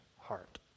heart